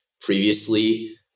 previously